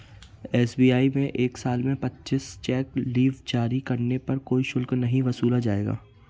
SBI में एक साल में पच्चीस चेक लीव जारी करने पर कोई शुल्क नहीं वसूला जाएगा